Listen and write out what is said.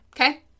okay